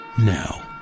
Now